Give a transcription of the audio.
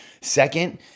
Second